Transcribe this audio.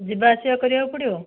ଯିବା ଆସିବା କରିବାକୁ ପଡ଼ିବ